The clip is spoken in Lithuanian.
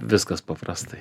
viskas paprastai